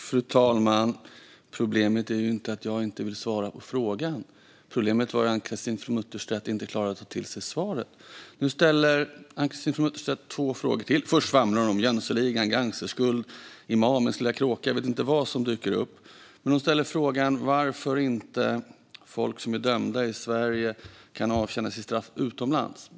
Fru talman! Problemet är inte att jag inte vill svara på frågan, utan att Ann-Christine From Utterstedt inte klarar att ta till sig svaret. Nu svamlar Ann-Christine From Utterstedt om Jönssonligan, gangsterskuld, "Imamens lilla kråka" och jag vet inte vad. Men hon ställer också två ytterligare frågor. Hon ställer frågan varför folk som är dömda i Sverige inte kan avtjäna sitt straff utomlands.